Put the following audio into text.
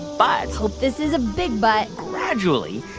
but. hope this is a big but. gradually,